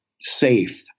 safe